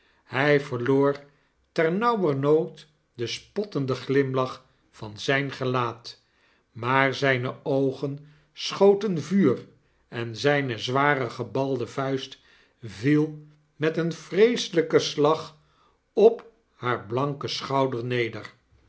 hij verloor ternauwernood den spottenden glimlach van zijn gelaat maar zijne oogen schoten vuur en zijne zware gebalde vuist viel met een vreeselijken slag op haar blanken schouder neder